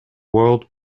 world